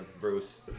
Bruce